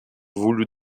voulus